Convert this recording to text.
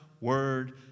word